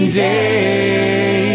day